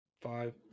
Five